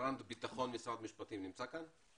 רפרנט ביטחון במשרד המשפטים, נמצא כאן?